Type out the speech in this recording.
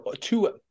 two